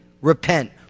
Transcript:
repent